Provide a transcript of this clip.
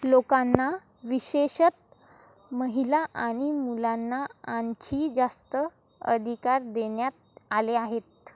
लोकांना विशेषतः महिला आणि मुलांना आणखी जास्त अधिकार देण्यात आले आहेत